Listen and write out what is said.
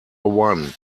one